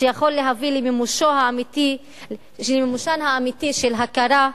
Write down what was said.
שיכול להביא למימושם האמיתי של הכרה,